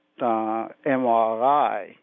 MRI